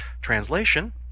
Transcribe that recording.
translation